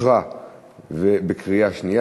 אושרה בקריאה שנייה.